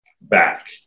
back